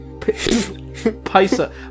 pisa